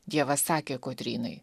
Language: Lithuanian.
dievas sakė kotrynai